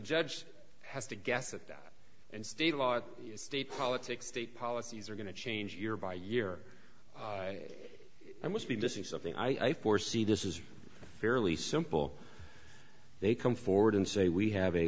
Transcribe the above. judge has to guess at that and state laws state politics state policies are going to change year by year i must be missing something i foresee this is fairly simple they come forward and say we have a